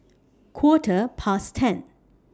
Quarter Past ten